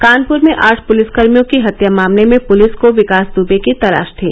कानपुर में आठ पुलिसकर्मियों की हत्या मामले में पुलिस को विकास दुबे की तलाश थी